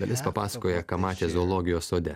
dalis papasakoja ką matė zoologijos sode